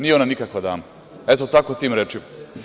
Nije ona nikakva dama“, eto, tako, tim rečima.